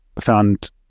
found